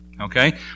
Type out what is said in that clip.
Okay